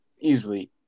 easily